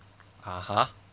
(uh huh)